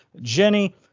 Jenny